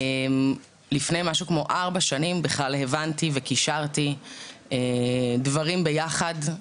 לפני משהו כמו ארבע שנים בכלל הבנתי וקישרתי דברים ביחד.